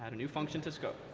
new function to scope.